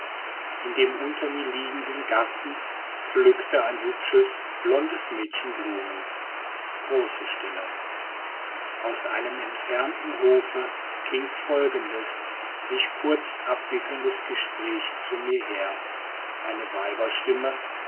in dem unter mir liegenden garten pflückte ein hübsches blondes mädchen blumen große stille aus einem entfernten hofe klingt folgendes sich kurz abwickelndes gespräch zu mir her eine